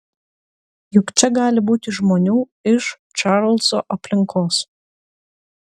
juk čia gali būti žmonių iš čarlzo aplinkos